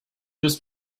just